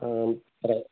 సరే